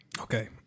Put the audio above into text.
Okay